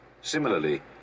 Similarly